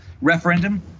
Referendum